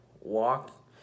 walk